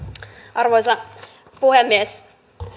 arvoisa puhemies